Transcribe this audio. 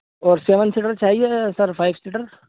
اور seven seater چاہیے یا سر فائو سیٹر